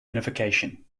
unification